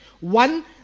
One